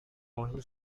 only